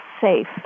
safe